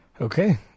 Okay